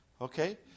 Okay